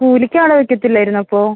കൂലിക്ക് ആളെ വയ്ക്കത്തില്ലായിരുന്നോ അപ്പോൾ